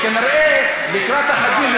וכנראה לקראת החגים,